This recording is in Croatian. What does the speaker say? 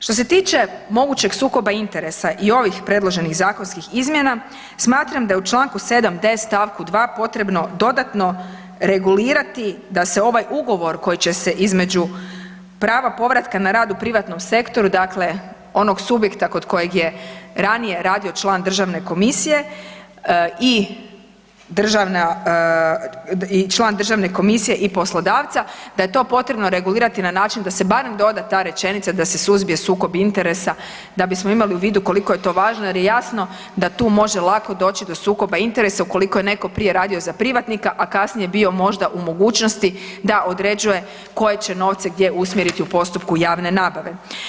Što se tiče mogućeg sukoba interesa i ovih predloženih zakonskih izmjena smatram da je u čl. 7.d. st. 2. potrebno dodatno regulirati da se ovaj ugovor koji će se između prava povratka na rad u privatnom sektoru, dakle onog subjekta kod kojeg je ranije radio član državne komisije i državna, i član državne komisije i poslodavca da je to potrebno regulirati na način da se barem doda ta rečenica da se suzbije sukob interesa da bismo imali u vidu koliko je to važno jer je jasno da tu može lako doći do sukoba interesa ukoliko je neko prije radio za privatnika, a kasnije bio možda u mogućnosti da određuje koje će novce gdje usmjeriti u postupku javne nabave.